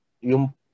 yung